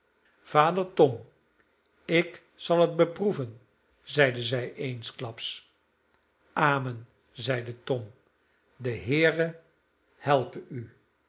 vader tom ik zal het beproeven zeide zij eensklaps amen zeide tom de heere helpe u